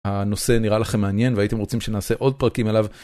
הנושא נראה לכם מעניין והייתם רוצים שנעשה עוד פרקים עליו.